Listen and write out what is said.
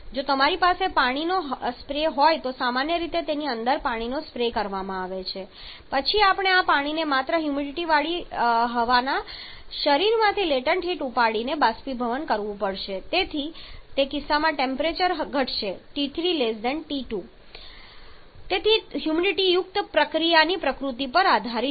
જો તમારી પાસે પાણીનો સ્પ્રે હોય તો સામાન્ય રીતે તેની અંદર પાણીનો સ્પ્રે કરવામાં આવે છે તો પછી આ પાણીને માત્ર હ્યુમિડિટીવાળી હવાના શરીરમાંથી લેટન્ટ હીટ ઉપાડીને બાષ્પીભવન કરવું પડશે અને તેથી તે કિસ્સામાં ટેમ્પરેચર ઘટશે T3 T2 તેથી તે હ્યુમિડિટીયુક્ત પ્રક્રિયાની પ્રકૃતિ પર આધારિત છે